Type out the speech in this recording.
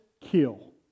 kill